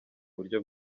buryo